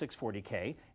640K